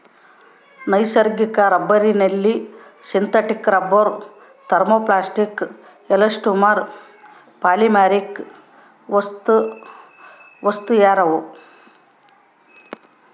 ನೈಸರ್ಗಿಕ ರಬ್ಬರ್ನಲ್ಲಿ synthetic rubber thermoplastic elastomer polymeric ವಸ್ತುಸೇರ್ಯಾವ